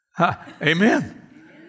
Amen